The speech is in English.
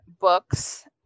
books